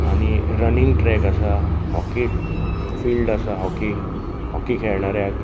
आनी running track आसा hockey field आसा हॉकी हॉकी खेळणाऱ्याक